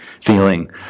feeling